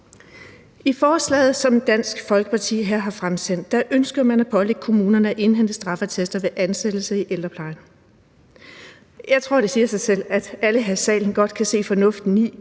I forslaget, som Dansk Folkeparti her har fremsat, ønsker man at pålægge kommunerne at indhente straffeattester ved ansættelse i ældreplejen. Jeg tror, det siger sig selv, at alle her i salen godt kan se fornuften i,